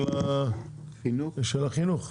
לנושא של החינוך.